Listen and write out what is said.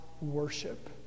worship